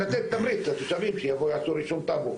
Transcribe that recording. לתת תמריץ לתושבים שיבואו ויעשו רישום טאבו.